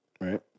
Right